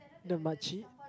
the makcik